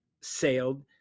sailed